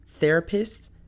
therapists